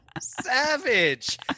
Savage